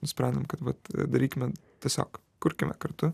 nusprendėm kad vat darykime tiesiog kurkime kartu